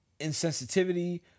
insensitivity